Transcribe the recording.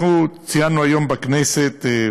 אנחנו ציינו היום בכנסת,